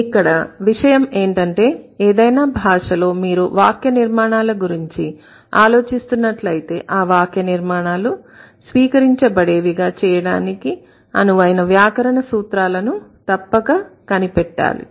ఇక్కడ విషయం ఏంటంటేఏదైనా భాషలో మీరు వాక్య నిర్మాణాల గురించి ఆలోచిస్తున్నట్లు అయితే ఆ వాక్య నిర్మాణాలు స్వీకరించబడేవిగా చేయటానికి అనువైన వ్యాకరణ సూత్రాలను తప్పక కనిపెట్టాలి